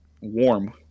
Warm